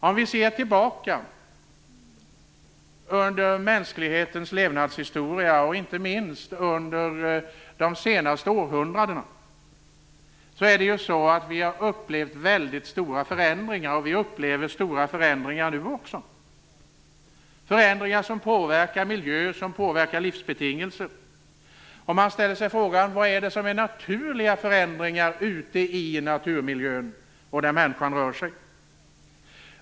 Om vi ser tillbaka under mänsklighetens levnadshistoria, inte minst under de senaste århundradena, har vi upplevt väldigt stora förändringar, och vi upplever stora förändringar nu också. Det är förändringar som påverkar miljön och livsbetingelserna. Man ställer sig frågan vad det är som är naturliga förändringar i naturmiljön och där människan rör sig.